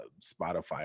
Spotify